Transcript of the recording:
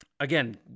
Again